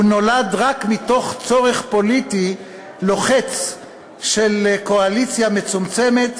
הוא נולד רק מתוך צורך פוליטי לוחץ של קואליציה מצומצמת,